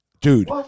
dude